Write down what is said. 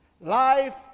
Life